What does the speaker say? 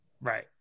Right